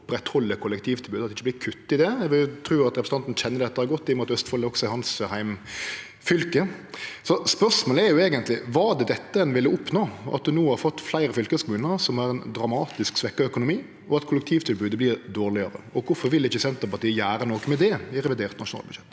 oppretthalde kollektivtilbodet, så det ikkje vert kutt i det. Eg vil tru at representanten kjenner dette godt, i og med at Østfold også er hans heimfylke. Spørsmålet er eigentleg: Var det dette ein ville oppnå, at ein no har fått fleire fylkeskommunar som har ein dramatisk svekt økonomi, og at kollektivtilbodet vert dårlegare? Og kvifor vil ikkje Senterpartiet gjere noko med det i revidert nasjonalbudsjett?